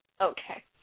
Okay